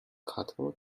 cattle